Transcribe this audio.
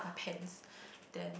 my pants then